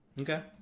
Okay